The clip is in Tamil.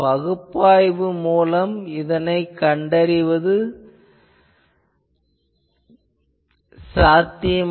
பகுப்பாய்வு மூலம் இதனைக் கண்டறியலாம்